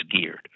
geared